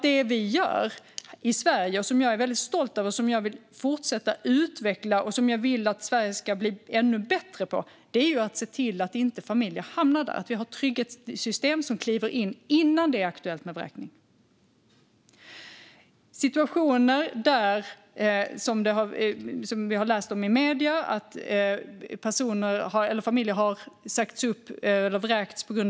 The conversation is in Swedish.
Det vi gör i Sverige och som jag är stolt över, vill fortsätta utveckla och vill att Sverige ska bli ännu bättre på är att se till att familjer inte hamnar där. Våra trygghetssystem ska kliva in innan det är aktuellt med vräkning. Vi har i medierna läst att familjer har blivit vräkta på grund av en skuld på 600 kronor.